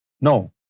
No